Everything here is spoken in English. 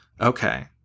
okay